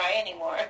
anymore